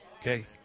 Okay